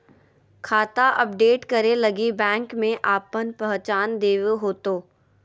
खाता अपडेट करे लगी बैंक में आपन पहचान देबे होतो